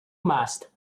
mast